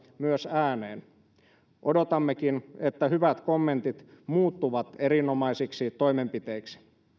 myös ääneen lehtien sivuilla odotammekin että hyvät kommentit muuttuvat erinomaisiksi toimenpiteiksi